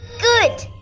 Good